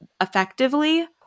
effectively